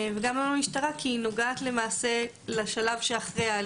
גם לא למשטרה כי נוגעת לשלב שאחרי.